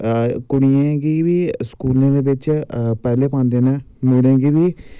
कुड़ियें गी बी स्कूलें दे बिच्च पैह्लें पांदे नै मुड़ें गी बी